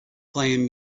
playing